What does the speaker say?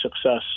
success